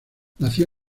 nació